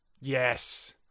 Yes